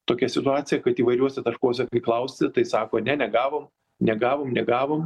tokia situacija kad įvairiuose taškuose kai klausi tai sako ne negavom negavom negavom